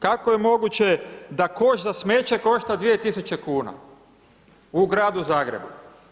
Kako je moguće da koš za smeće košta 2.000,00 kn u Gradu Zagrebu?